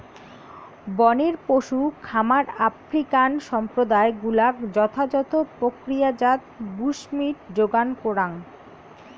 বনের পশু খামার আফ্রিকান সম্প্রদায় গুলাক যথাযথ প্রক্রিয়াজাত বুশমীট যোগান করাং